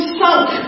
sunk